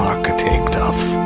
architect of.